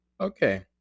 okay